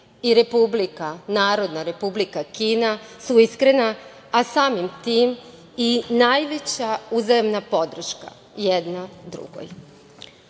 Srbija i Narodna Republika Kina su iskrena, a samim tim i najveća uzajamna podrška jedna drugoj. Zato